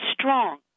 strong